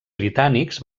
britànics